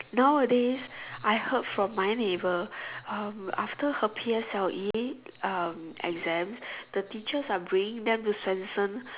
nowadays I heard from my neighbour um after her P_S_L_E uh exam the teachers are bringing them to Swensen